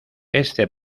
este